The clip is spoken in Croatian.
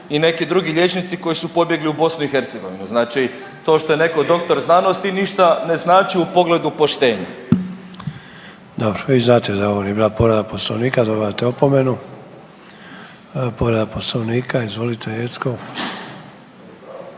i neki drugi liječnici koji su pobjegli u BiH, znači to što je netko doktor znanosti ništa ne znači u pogledu poštenja. **Sanader, Ante (HDZ)** Dobro, vi znate da ovo nije bila povreda poslovnika, dobivate opomenu. Povreda poslovnika, izvolite Jeckov.